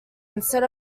instead